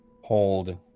hold